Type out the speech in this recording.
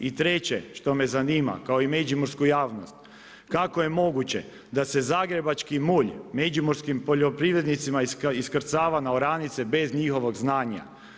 I treće što me zanima kao i međimursku javnost kako je moguće da se zagrebački mulj međimurskim poljoprivrednicima iskrcava na oranice bez njihovog znanja.